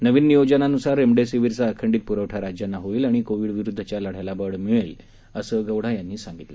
नवीन नियोजनानुसार रेमडेसीवीरचा अखंडित पुरवठा राज्यांना होईल आणि कोविडविरुद्धच्या लढ्याला बळ मिळेल असं गौडा यांनी सांगितलं